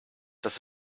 das